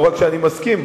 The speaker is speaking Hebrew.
לא רק שאני מסכים,